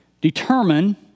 determine